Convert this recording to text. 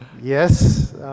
Yes